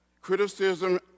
criticism